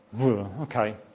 okay